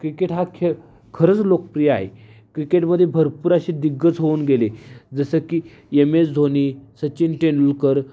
cricket हा खेळ खरंच लोकप्रिय आहे क्रिकेटमध्ये भरपूर असे दिग्गज होऊन गेले जसं की एम एस धोनी सचिन तेंडुलकर